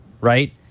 right